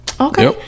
Okay